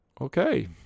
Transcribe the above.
Okay